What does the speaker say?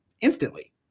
instantly